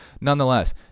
Nonetheless